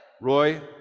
Roy